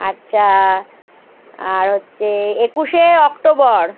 আচ্ছা আর হচ্ছে একুশে অক্টোবর